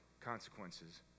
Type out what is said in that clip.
consequences